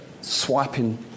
swiping